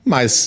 Mas